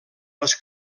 les